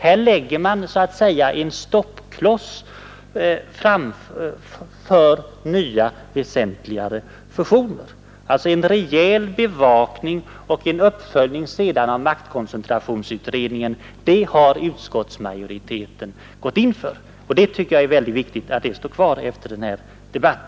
Här lägger man så att säga en stoppkloss framför nya, väsentligare fusioner och utskottet markerar att en rejäl bevakning och uppföljning av maktkoncentrationsutredningens arbete skall ske. Detta har alltså utskottsmajoriteten gått in för, och jag tycker det är mycket viktigt att det står fast efter denna debatt.